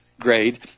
grade